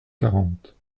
quarante